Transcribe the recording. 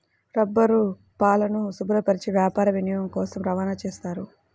రబ్బరుపాలను శుభ్రపరచి వ్యాపార వినియోగం కోసం రవాణా చేస్తారు